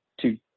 two